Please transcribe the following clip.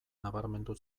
nabarmendu